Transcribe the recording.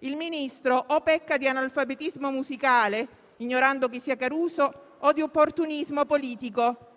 Il Ministro o pecca di analfabetismo musicale, ignorando chi sia Caruso, o di opportunismo politico,